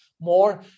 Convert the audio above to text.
more